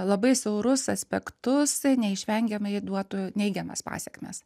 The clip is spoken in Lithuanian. labai siaurus aspektus neišvengiamai duotų neigiamas pasekmes